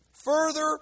Further